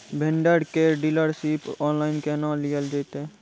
Vendor केर dealership online केहनो लियल जेतै?